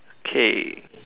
K